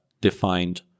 defined